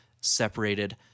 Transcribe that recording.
separated